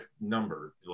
number